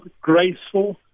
graceful